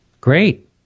Great